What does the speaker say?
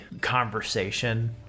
conversation